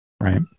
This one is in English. Right